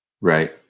Right